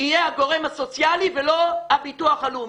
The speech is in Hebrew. יהיה הגורם הסוציאלי ולא הביטוח הלאומי.